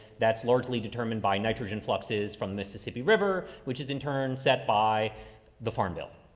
that's largely determined by nitrogen fluxes from mississippi river, which is in turn set by the farm bill.